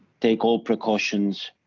take all precautions,